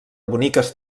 boniques